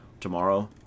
tomorrow